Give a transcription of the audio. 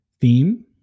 theme